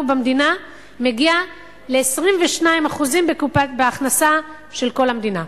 במדינה מגיע ל-22% בהכנסה של כל המדינה,